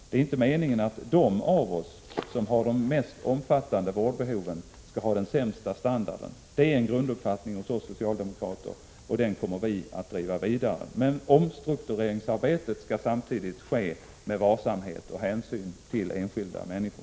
Det är en grunduppfattning hos oss socialdemokrater, som vi kommer att driva vidare, att de som har de mest omfattande vårdbehoven inte skall ha den sämsta standarden. Omstruktureringsarbetet skall dock samtidigt ske med varsamhet och med hänsyn till enskilda människor.